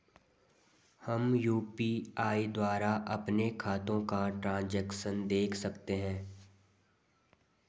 हम यु.पी.आई द्वारा अपने खातों का ट्रैन्ज़ैक्शन देख सकते हैं?